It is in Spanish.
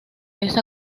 esa